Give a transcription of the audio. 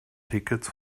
tickets